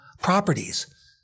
properties